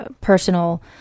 personal